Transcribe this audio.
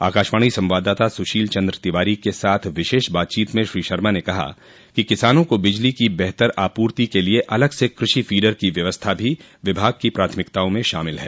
आकाशवाणी संवाददाता सुशील चन्द्र तिवारी के साथ विशेष बातचीत में श्री शर्मा ने कहा कि किसानों को बिजली की बेहतर आपूर्ति के लिए अलग से कृषि फीडर की व्यवस्था भी विभाग की प्राथमिकताओं में शामिल है